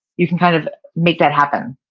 you can kind of make that happen.